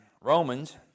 Romans